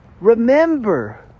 Remember